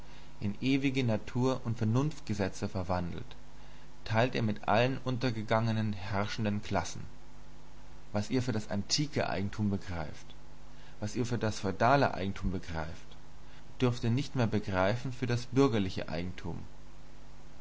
in ewige natur und vernunftgesetze verwandelt teilt ihr mit allen untergegangenen herrschenden klassen was ihr für das antike eigentum begreift was ihr für das feudale eigentum begreift dürft ihr nicht mehr begreifen für das bürgerliche eigentum